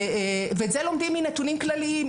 ואת זה לומדים מנתונים כלליים.